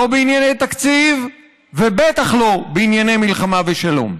לא בענייני תקציב ובטח שלא בענייני מלחמה ושלום.